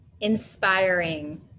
inspiring